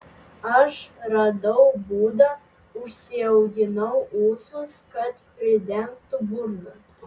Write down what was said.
aš radau būdą užsiauginau ūsus kad pridengtų burną